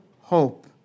hope